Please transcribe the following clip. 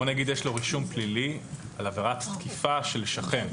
בוא נגיד שיש לו רישום פלילי על עבירת תקיפה של שכן,